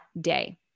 day